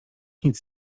nic